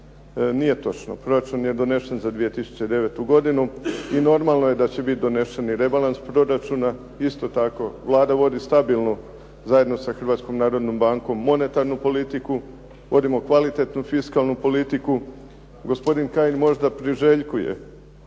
nije točno. Proračun je donesen za 2009. godinu i normalno je da će biti donesen i rebalans proračuna. Isto tako, Vlada vodi stabilnu, zajedno sa Hrvatskom narodnom bankom, monetarnu politiku, vodimo kvalitetnu fiskalnu politiku. Gospodi Kajin možda priželjkuje